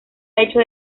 hecho